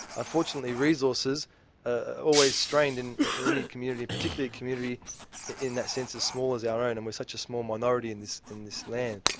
unfortunately resources are ah always strained in in any community, particularly a community in that sense as small as our own, and we're such a small minority in this in this land.